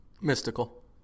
Mystical